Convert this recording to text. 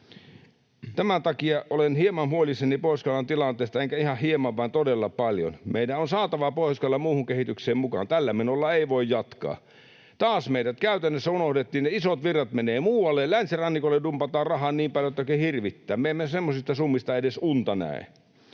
Tämän takia olen hieman huolissani Pohjois-Karjalan tilanteesta, enkä ihan hieman, vaan todella paljon. Meidän on saatava Pohjois-Karjala muuhun kehitykseen mukaan. Tällä menolla ei voi jatkaa. Taas meidät käytännössä unohdettiin, ne isot virrat menevät muualle. Länsirannikolle dumpataan rahaa niin paljon, että oikein hirvittää. Me emme semmoisista summista edes unta näe.